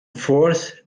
force